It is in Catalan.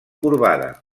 corbada